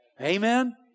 Amen